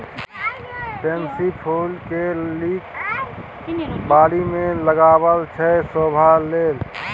pansy फुल केँ लोक बारी मे लगाबै छै शोभा लेल